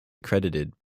accredited